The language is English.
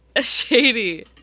shady